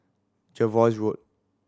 Jervois Road